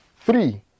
Three